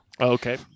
Okay